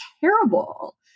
terrible